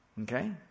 Okay